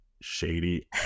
shady